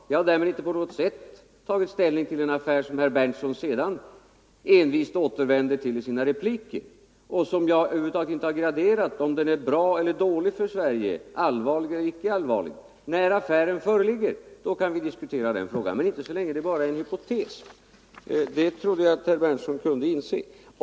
Jag har därmed inte på något vis tagit ställning till den affär som herr Berndtson sedan envist återvänder till i sina repliker och som jag över huvud taget inte har graderat — om den är bra eller dålig för Sverige, allvarlig eller icke allvarlig. När affären föreligger kan vi diskutera den frågan men inte så länge det bara är en hypotes. Det trodde jag att herr Berndtson kunde inse.